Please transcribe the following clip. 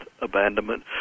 abandonment